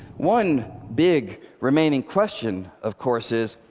one big remaining question, of course, is,